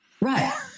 Right